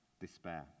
despair